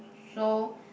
so